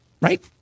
right